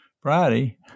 Friday